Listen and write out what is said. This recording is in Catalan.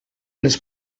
les